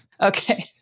Okay